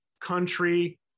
country